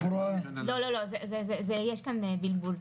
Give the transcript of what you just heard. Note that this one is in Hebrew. לא, יש כאן בלבול.